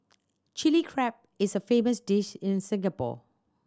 Chilli Crab is a famous dish in Singapore